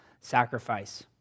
sacrifice